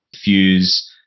fuse